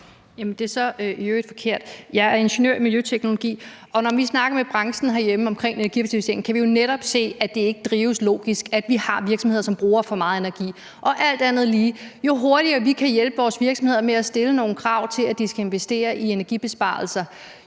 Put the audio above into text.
Jeg er ingeniør i miljøteknologi, og når vi snakker med branchen herhjemme omkring energicertificering, kan vi jo netop se, at det ikke drives logisk, og at vi har virksomheder, som bruger for meget energi. Jo hurtigere vi kan hjælpe vores virksomheder ved at stille nogle krav om, at de skal investere i energibesparelser,